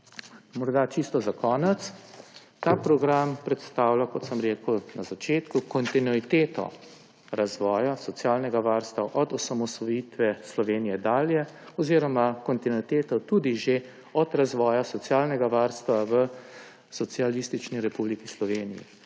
Morda čisto za konec, ta program predstavlja kot sem rekel na začetku, kontinuiteto razvoja socialnega varstva od osamosvojitve Slovenije dalje oziroma kontinuiteto tudi že od razvoja socialnega varstva v Socialistični republiki Sloveniji.